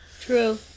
True